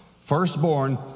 Firstborn